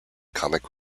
comic